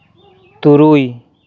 ᱛᱩᱨᱩᱭ